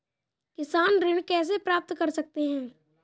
किसान ऋण कैसे प्राप्त कर सकते हैं?